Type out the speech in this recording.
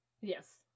Yes